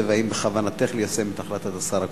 ואם בכוונתך ליישם את החלטת השר הקודם.